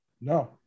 No